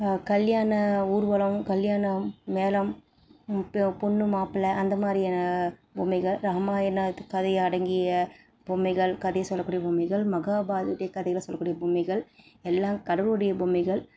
கல்யாண ஊர்வலம் கல்யாணம் மேளம் பொண்ணு மாப்பிள்ளை அந்த மாதிரியான பொம்மைகள் ராமாயணத்து கதை அடங்கிய பொம்மைகள் கதை சொல்லக்கூடிய பொம்மைகள் மகாபாரதத்துனுடைய கதையில் சொல்லக்கூடிய பொம்மைகள் எல்லா கடவுளுடைய பொம்மைகள்